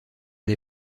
les